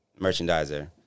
merchandiser